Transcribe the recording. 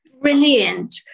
Brilliant